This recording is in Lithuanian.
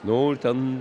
nu ir ten